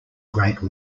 great